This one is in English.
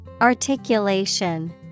articulation